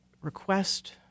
request